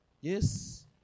Yes